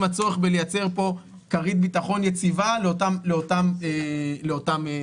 הצורך בלייצר פה כרית ביטחון יציבה לאותם חוסכים.